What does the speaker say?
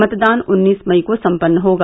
मतदान उन्नीस मई को सम्पन्न होगा